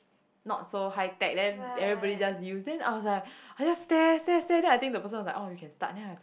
not so high tech then everybody just use then I was like I just stare stare stare then I think the person was like oh you can start then I was like